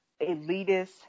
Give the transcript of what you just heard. elitist